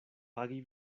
pagi